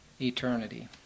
eternity